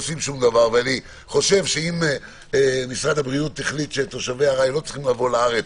ואם משרד הבריאות החליט שתושבי ארעי לא צריכים לבוא לארץ,